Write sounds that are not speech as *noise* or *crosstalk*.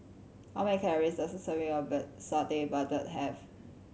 how many calories does a serving of *unintelligible* Satay Babat have